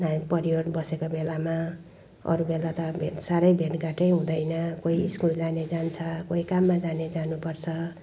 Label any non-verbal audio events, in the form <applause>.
<unintelligible> परिवार बसेको बेलामा अरू बेला त भेट साह्रै भेटघाटै हुँदैन कोही स्कुल जाने जान्छ कोही काममा जाने जानुपर्छ